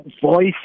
Voice